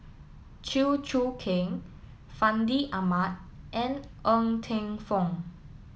Chew Choo Keng Fandi Ahmad and Ng Teng Fong